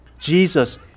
Jesus